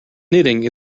knitting